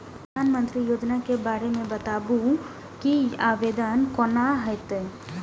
प्रधानमंत्री योजना के बारे मे बताबु की आवेदन कोना हेतै?